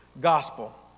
gospel